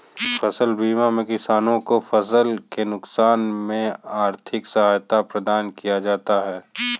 फसल बीमा में किसानों को फसल के नुकसान में आर्थिक सहायता प्रदान किया जाता है